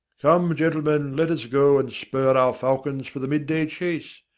come, gentlemen, let us go and spur our falcons for the mid-day chase.